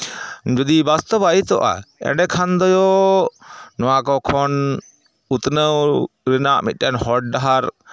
ᱡᱩᱫᱤ ᱵᱟᱥᱛᱚ ᱵᱟᱭᱤᱛᱚᱜᱼᱟ ᱮᱸᱰᱮᱠᱷᱟᱱ ᱫᱚ ᱱᱚᱣᱟ ᱠᱚ ᱠᱷᱚᱱ ᱩᱛᱱᱟᱹᱣ ᱨᱮᱱᱟᱜ ᱢᱤᱫᱴᱟᱱ ᱦᱚᱨ ᱰᱟᱦᱟᱨ